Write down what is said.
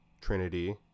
trinity